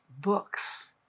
books